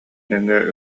нөҥүө